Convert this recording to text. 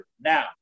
Now